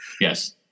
Yes